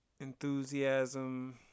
enthusiasm